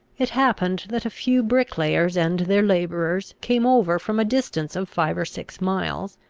it happened that a few bricklayers and their labourers came over from a distance of five or six miles,